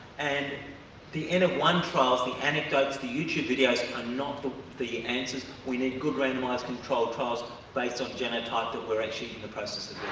and the n one trials, the anecdotes, the youtube videos, are not the the answers. we need good randomized control trials based on genotype, that we're actually in the process of